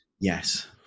yes